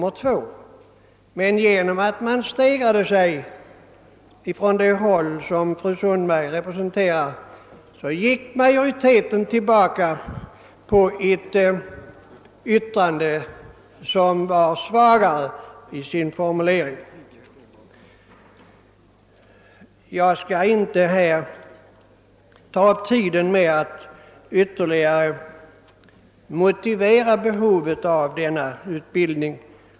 Men på grund av att man stegrade sig på det håll som fru Sundberg representerar gick majoriteten tillbaka till ett yttrande som var svagare i sin formulering. Jag skall inte här ta upp tiden med att ytterligare motivera behovet av denna utbildning.